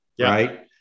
right